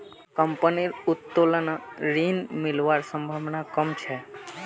कंपनीर उत्तोलन ऋण मिलवार संभावना कम छ